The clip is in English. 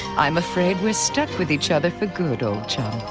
i'm afraid we're stuck with each other for good, old chum.